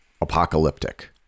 apocalyptic